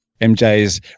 MJ's